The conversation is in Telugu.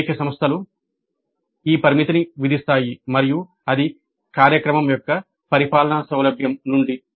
అనేక సంస్థలు ఈ పరిమితిని విధిస్తాయి మరియు అది కార్యక్రమం యొక్క పరిపాలన సౌలభ్యం నుండి